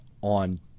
on